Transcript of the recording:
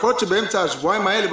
כשבאמצע השבועיים האלה,